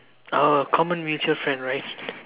orh common mutual friend right